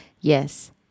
Yes